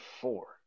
four